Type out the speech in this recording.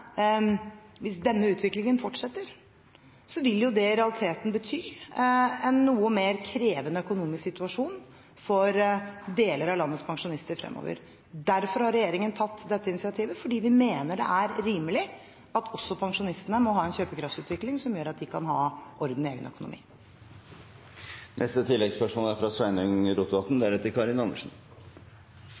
utviklingen fortsetter, vil det i realiteten bety en noe mer krevende økonomisk situasjon for en del av landets pensjonister fremover. Derfor har regjeringen tatt dette initiativet – fordi vi mener det er rimelig at også pensjonistene har en kjøpekraftsutvikling som gjør at de kan ha orden i egen